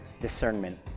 discernment